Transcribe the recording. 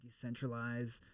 decentralized